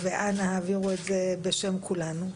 ואנא העבירו את זה בשם כולנו.